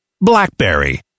Blackberry